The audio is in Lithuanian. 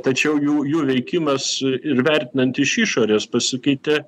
tačiau jų jų veikimas ir vertinant iš išorės pasikeitė